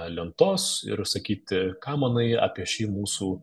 lentos ir sakyti ką manai apie šį mūsų